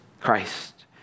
Christ